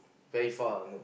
very far you know